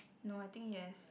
no I think yes